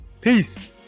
Peace